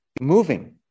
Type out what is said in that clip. moving